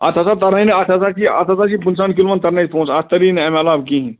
اَتھ ہَسا ترنے نہٕ اَتھ ہَسا چھی اتھ ہَسا چھی پٕنٛژٕٛہَن کلوَن ترنے پۅنٛسہٕ اتھ تری نہٕ اَمہِ عَلاوٕ کٕہیٖنٛۍ